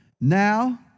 Now